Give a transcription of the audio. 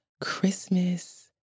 Christmas